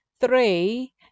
Three